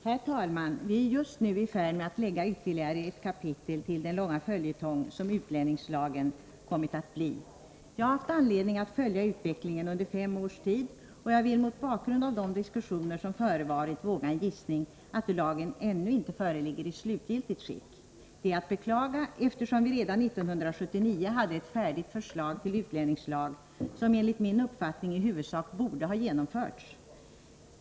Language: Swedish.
Herr talman! Vi är just nu i färd med att lägga ytterligare ett kapitel till den långa följetong som utlänningslagen kommit att bli. Jag har haft anledning att följa utvecklingen under fem års tid, och jag vill mot bakgrund av de diskussioner som förevarit våga gissa att lagen ännu inte föreligger i slutgiltigt skick. Detta är att beklaga, eftersom vi redan 1979 hade ett färdigt förslag till utlänningslag, som enligt min uppfattning i huvudsak borde ha genomförts.